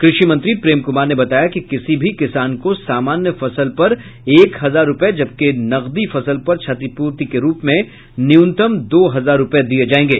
कृषि मंत्री प्रेम कुमार ने बताया कि किसी भी किसान को सामान्य फसल पर एक हजार रूपये जबकि नकदी फसल पर क्षतिपूर्ति के रूप में न्यूनतम दो हजार रूपये दिये जायेंगे